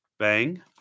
Bang